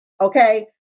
Okay